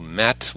met